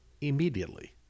immediately